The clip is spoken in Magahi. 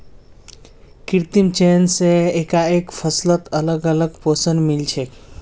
कृत्रिम चयन स एकके फसलत अलग अलग पोषण मिल छे